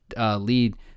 lead